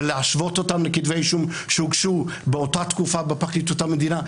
ולהשוות אותם לכתבי אישום שהוגשו באותה תקופה בפרקליטות המדינה.